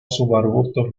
subarbustos